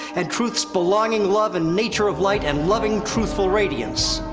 and truths's belonging love and nature of light, and loving truthful radiance.